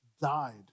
died